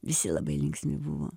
visi labai linksmi buvo